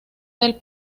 del